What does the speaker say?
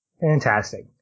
Fantastic